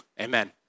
Amen